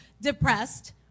depressed